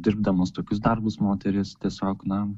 dirbdamos tokius darbus moterys tiesiog na